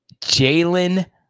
Jalen